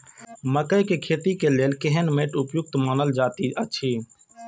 मकैय के खेती के लेल केहन मैट उपयुक्त मानल जाति अछि?